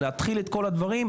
להתחיל את כל הדברים,